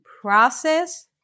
process